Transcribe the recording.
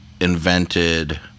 invented